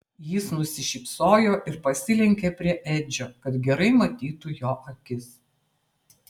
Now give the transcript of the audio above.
jis nusišypsojo ir pasilenkė prie edžio kad gerai matytų jo akis